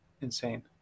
insane